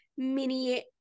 mini